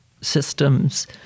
systems